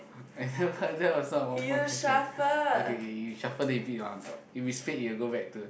that was not a one point question okay K you shuffle maybe you want to talk if it's fate maybe you want to go back to